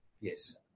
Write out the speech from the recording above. Yes